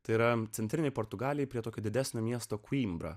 tai yra centrinė portugalė prie tokio didesnio miesto koimbra